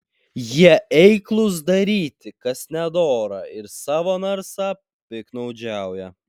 jie eiklūs daryti kas nedora ir savo narsa piktnaudžiauja